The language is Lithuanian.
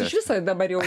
iš viso dabar jau